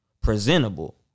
presentable